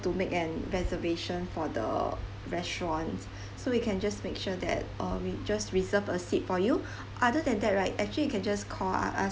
to make an reservation for the restaurant so we can just make sure that uh we just reserved a seat for you other than that right actually you can just call us